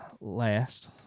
last